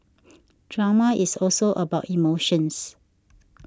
drama is also about emotions